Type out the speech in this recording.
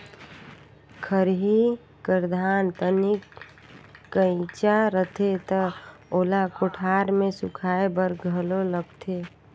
खरही कर धान तनिक कइंचा रथे त ओला कोठार मे सुखाए बर घलो लगथे